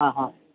ആ അ